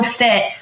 fit